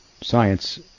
science